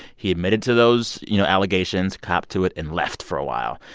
he admitted to those, you know, allegations, copped to it and left for a while.